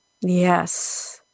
yes